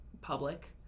public